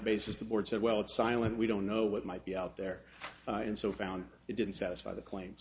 basis the board said well it's silent we don't know what might be out there and so found it didn't satisfy the claims